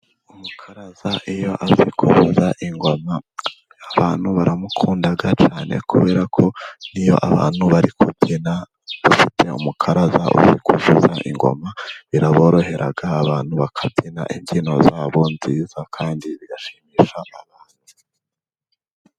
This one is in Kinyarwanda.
Umukaraza iyo azi kuvuza ingoma, abantu baramukunda cyane kubera ko iyo abantu bari kubyina bafite umukaraza uzi kuvuza ingoma, biraborohera abantu bakabyina imbyino zabo nziza kandi bigashimisha abantu.